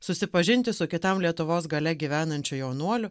susipažinti su kitam lietuvos gale gyvenančio jaunuoliu